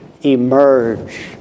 emerge